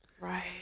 Right